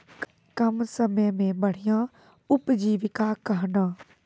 कम समय मे बढ़िया उपजीविका कहना?